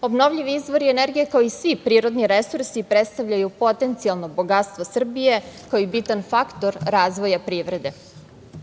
Obnovljivi izvori energije, kao i svi prirodni resursi, predstavljaju potencijalno bogatstvo Srbije, kao i bitan faktor razvoja privrede.